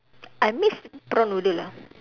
I miss prawn noodle lah